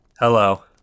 Hello